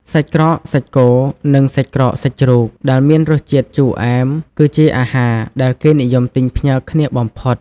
សាច់ក្រកសាច់គោ និងសាច់ក្រកសាច់ជ្រូក ដែលមានរសជាតិជូរអែម គឺជាអាហារដែលគេនិយមទិញផ្ញើគ្នាបំផុត។